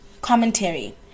Commentary